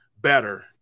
better